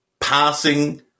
passing